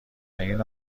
اینو